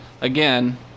again